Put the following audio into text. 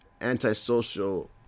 antisocial